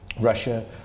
Russia